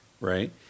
right